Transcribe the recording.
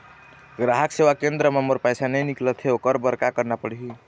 ग्राहक सेवा केंद्र म मोर पैसा नई निकलत हे, ओकर बर का करना पढ़हि?